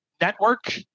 network